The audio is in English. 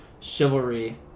Chivalry